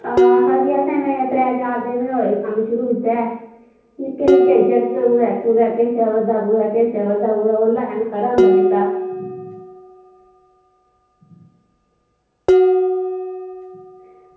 ते आं खरी असें त्रै चार दिन गै होये कम्म शुरू कीते दे निक्के निक्के जागत कुदै किश आवा दा कुदै किश आवा दा ते ओह्ल्ला जन खरा होंदा कीते दा